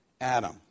Adam